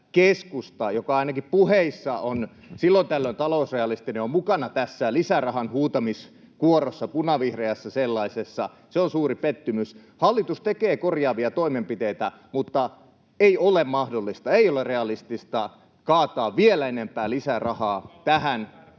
joka ainakin puheissa on silloin tällöin talousrealistinen, on mukana tässä lisärahan huutamiskuorossa, punavihreässä sellaisessa. Se on suuri pettymys. Hallitus tekee korjaavia toimenpiteitä, mutta ei ole mahdollista, ei ole realistista, kaataa vielä enempää lisärahaa [Välihuutoja